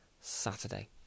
Saturday